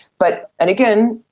but and again,